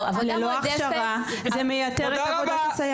אבל ללא הכשרה זה מייתר את עבודת הסייעות.